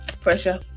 pressure